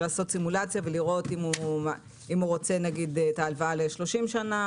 ולעשות סימולציה ולראות אם הוא רוצה את ההלוואה לשלושים שנה,